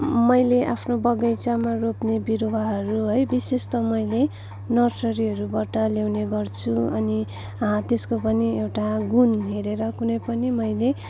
मैले आफ्नो बगैँचामा रोप्ने बिरुवाहरू है विशेषतः मैले नर्सरीहरूबाट ल्याउने गर्छु अनि हा त्यसको पनि एउटा गुण हेरेर कुनै पनि मैले